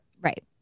Right